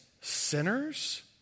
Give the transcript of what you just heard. sinners